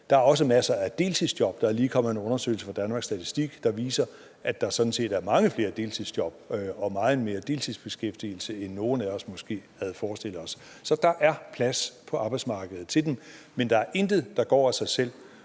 Der er også masser af deltidsjob. Der er lige kommet en undersøgelse fra Danmarks Statistik, der viser, at der sådan set er mange flere deltidsjob og meget mere deltidsbeskæftigelse, end nogen af os måske havde forestillet os. Så der er plads på arbejdsmarkedet til dem, men der er intet, der går af sig selv.